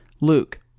Luke